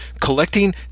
collecting